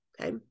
Okay